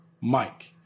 Mike